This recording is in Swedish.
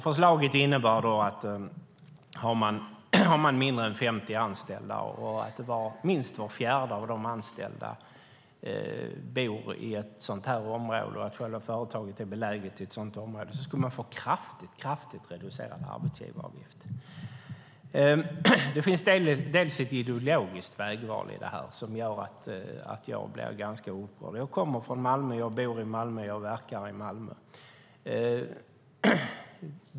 Förslaget innebär att om ett företag som är beläget i ett sådant område och har mindre än 50 anställda och om minst var fjärde av dessa anställda bor i ett sådant område skulle man få en kraftigt reducerad arbetsgivaravgift. Det finns ett ideologiskt vägval i detta som gör att jag blir ganska orolig. Jag kommer från Malmö, jag bor i Malmö och jag verkar i Malmö.